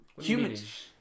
Humans